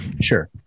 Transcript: Sure